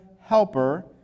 helper